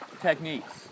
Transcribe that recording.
techniques